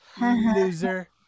loser